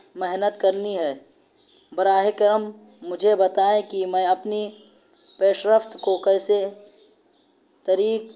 محنت کرنی ہے براہ کرم مجھے بتائیں کہ میں اپنی پیش رفت کو کیسے طریق